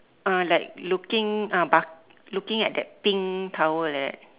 uh like looking uh bark~ looking at that pink towel like that